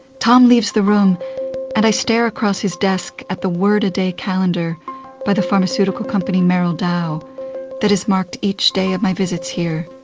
tom leaves the room and i stare across his desk at the word-a-day calendar by the pharmaceutical company merrell dow that has marked each day of my visits here.